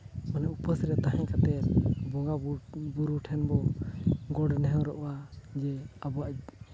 ᱢᱟᱱᱮ ᱩᱯᱟᱹᱥ ᱨᱮ ᱛᱟᱦᱮᱸᱠᱟᱛᱮᱫ ᱵᱚᱸᱜᱟᱼᱵᱩᱨᱩ ᱴᱷᱮᱱ ᱵᱚ ᱜᱚᱰᱼᱱᱮᱦᱚᱨᱚᱜᱼᱟ ᱡᱮ ᱟᱵᱚᱣᱟᱜ